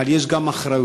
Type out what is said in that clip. אבל יש גם אחריות.